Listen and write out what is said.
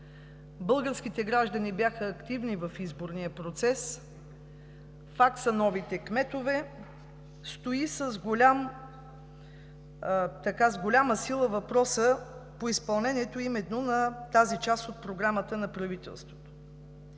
българските граждани бяха активни в изборния процес, факт са новите кметове, с голяма сила стои въпросът по изпълнението именно на тази част от Програмата на правителството.